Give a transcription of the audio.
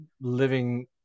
living